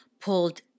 pulled